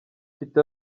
mfite